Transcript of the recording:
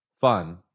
fun